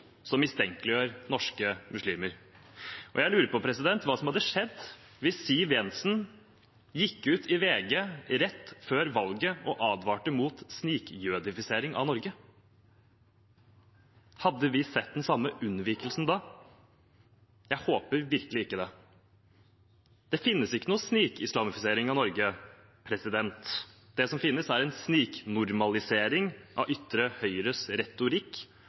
som mistenkeliggjør norske muslimer. Jeg lurer på hva som hadde skjedd hvis Siv Jensen hadde gått ut i VG rett før valget og advart mot snikjødifisering av Norge. Hadde vi sett den samme unnvikelsen da? Jeg håper virkelig ikke det. Det finnes ikke noen snikislamisering av Norge. Det som finnes, er en sniknormalisering av ytre høyres retorikk